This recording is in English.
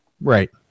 Right